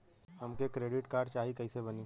हमके credit card चाही कैसे बनी?